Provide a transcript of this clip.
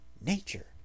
nature